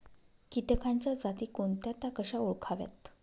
किटकांच्या जाती कोणत्या? त्या कशा ओळखाव्यात?